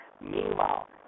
meanwhile